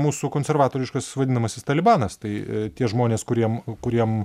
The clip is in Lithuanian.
mūsų konservatoriškas vadinamasis talibanas tai tie žmonės kuriem kuriem